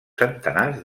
centenars